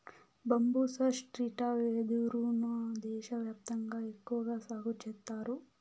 బంబూసా stricta వెదురు ను దేశ వ్యాప్తంగా ఎక్కువగా సాగు చేత్తారు